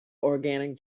organic